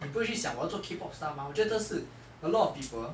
你不会去想我要去做 K pop star mah 我觉得是 a lot of people